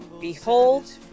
Behold